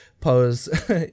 pose